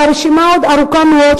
והרשימה עוד ארוכה מאוד,